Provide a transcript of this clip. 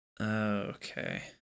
Okay